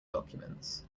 documents